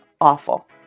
awful